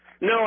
No